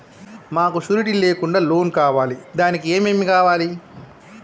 మాకు షూరిటీ లేకుండా లోన్ కావాలి దానికి ఏమేమి కావాలి?